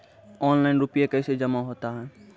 Online रुपये कैसे जमा होता हैं?